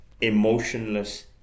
emotionless